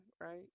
right